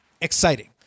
Exciting